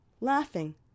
laughing